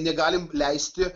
negalim leisti